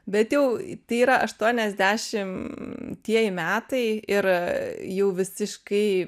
bet jau tai yra aštuoniadešimtieji metai ir jau visiškai